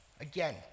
Again